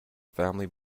family